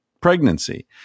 pregnancy